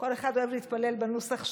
כל אחד אוהב להתפלל בנוסח שלו,